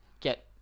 get